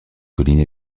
colline